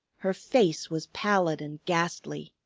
her face was pallid and ghastly.